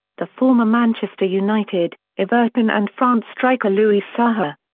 the former manchester united, everton and france striker louis saha.